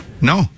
No